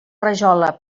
rajola